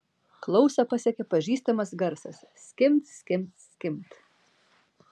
klausą pasiekė pažįstamas garsas skimbt skimbt skimbt